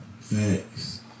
Thanks